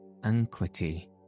Anquity